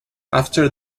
after